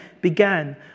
began